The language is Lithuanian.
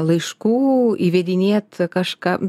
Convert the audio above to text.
laiškų įvedinėt kažką